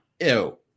Ew